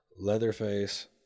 Leatherface